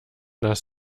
das